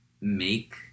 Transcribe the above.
make